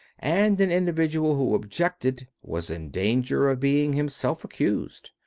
and an individual who objected was in danger of being himself accused.